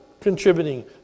contributing